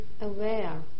aware